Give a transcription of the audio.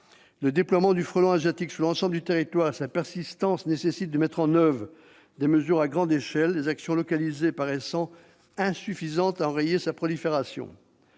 Le déploiement du frelon asiatique sur l'ensemble du territoire et sa persistance nécessitent de mettre en oeuvre des mesures à grande échelle, les actions localisées paraissant insuffisantes à enrayer sa prolifération.